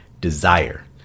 desire